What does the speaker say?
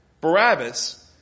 Barabbas